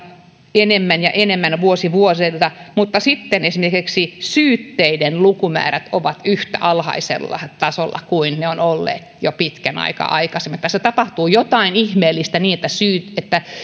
enemmän ja enemmän vuosi vuodelta mutta sitten esimerkiksi syytteiden lukumäärät ovat yhtä alhaisella tasolla kuin ne ovat olleet jo pitkän aikaa aikaisemmin tässä tapahtuu jotain ihmeellistä niin että